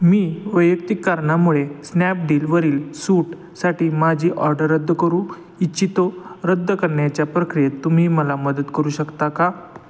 मी वैयक्तिक कारणामुळे स्नॅपडीलवरील सूटसाठी माझी ऑर्डर रद्द करू इच्छितो रद्द करण्याच्या प्रक्रियेत तुम्ही मला मदत करू शकता का